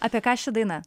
apie ką ši daina